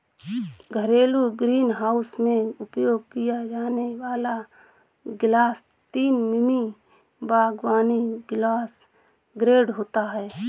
घरेलू ग्रीनहाउस में उपयोग किया जाने वाला ग्लास तीन मिमी बागवानी ग्लास ग्रेड होता है